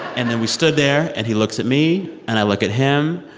and then we stood there. and he looks at me, and i look at him.